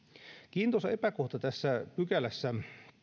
kiintoisa epäkohta tässä pykälässä